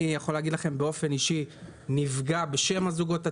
אני יכול להגיד לכם באופן אישי שאני נפגע בשם הזוגות הצעירים,